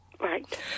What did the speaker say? Right